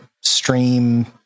Stream